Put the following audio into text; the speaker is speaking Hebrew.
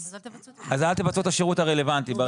אז אל תבצעו את השירות הרלוונטי.